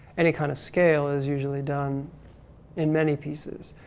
any kind of scale is usually done in many pieces.